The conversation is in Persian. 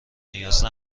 نیاز